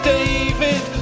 David